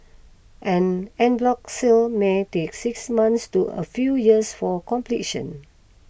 an en bloc sale may take six months to a few years for completion